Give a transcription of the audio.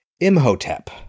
Imhotep